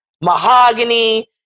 Mahogany